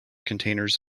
containers